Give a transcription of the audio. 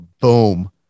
boom